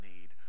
need